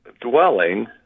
dwelling